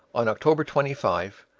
on october twenty five,